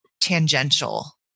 tangential